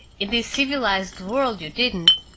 in this civilized world, you didn't.